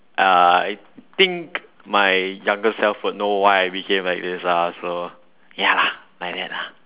uh I think my younger self will know why I became like this lah so ya lah like that lah